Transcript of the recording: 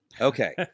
Okay